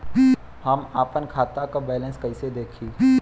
हम आपन खाता क बैलेंस कईसे देखी?